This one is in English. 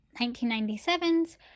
1997's